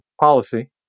policy